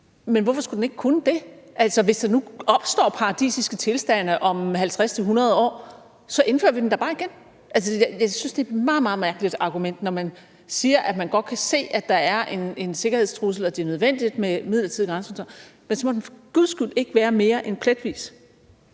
Men hvorfor skulle den ikke kunne det? Altså, hvis der nu opstår paradisiske tilstande om 50-100 år, indfører vi den da bare igen. Jeg synes, det er et meget, meget mærkeligt argument, at man siger, at man godt kan se, at der er en sikkerhedstrussel, og at det er nødvendigt med midlertidig grænsekontrol, men at den så for guds skyld ikke må være mere end punktvis.